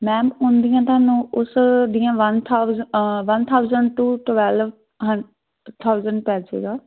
ma'am ਉਹਦੀਆਂ ਤੁਹਾਨੂੰ ਉਸ ਦੀਆਂ one thousand one thousand two twelve ਹਨ ਥਾਊਸੰਡ ਪੈ ਜਾਏਗਾ